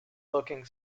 looking